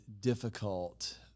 difficult